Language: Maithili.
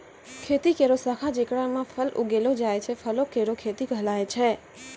खेती केरो शाखा जेकरा म फल उगैलो जाय छै, फलो केरो खेती कहलाय छै